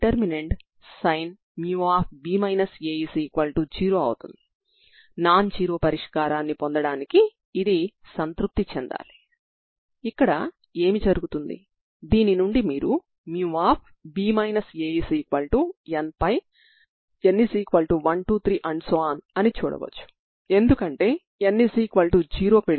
exponential function ల మొత్తం ఎప్పుడూ 0 కాదు